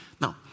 Now